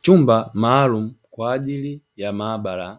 Chumba maalumu kwajili ya maabara